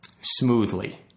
smoothly